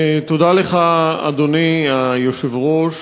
תודה לך, אדוני היושב-ראש.